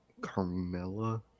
Carmella